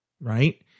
right